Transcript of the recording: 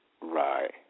Right